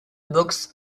boxe